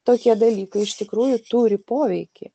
tokie dalykai iš tikrųjų turi poveikį